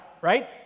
right